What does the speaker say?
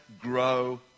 Grow